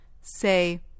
Say